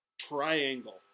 Triangle